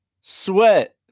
sweat